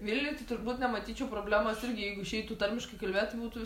vilniuj tai turbūt nematyčiau problemos irgi jeigu išeitų tarmiškai kalbėt tai būtų